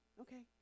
Okay